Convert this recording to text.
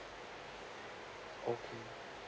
okay